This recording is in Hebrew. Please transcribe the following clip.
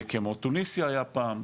כמו טוניסיה היה פעם,